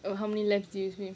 oh how many laps did you swim